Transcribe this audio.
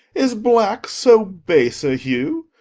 is black so base a hue?